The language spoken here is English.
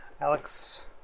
Alex